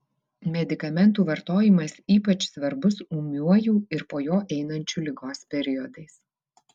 medikamentų vartojimas ypač svarbus ūmiuoju ir po jo einančiu ligos periodais